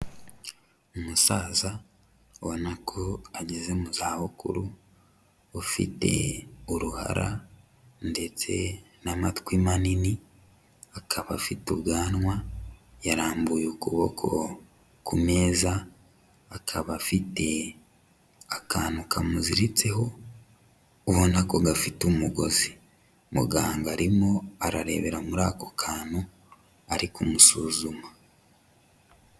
Umusaza ubona ko ageze mu zabukuru, ufite uruhara ndetse n'amatwi manini, akaba afite ubwanwa, yarambuye ukuboko ku meza, akaba afite akantu kamuziritseho, ubona ko gafite umugozi. Muganga arimo ararebera muri ako kantu, ari kumusuzuma.